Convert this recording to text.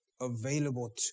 available